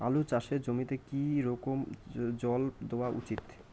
আলু চাষের জমিতে কি রকম জল দেওয়া উচিৎ?